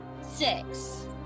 Six